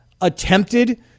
attempted